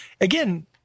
again